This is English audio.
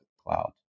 cloud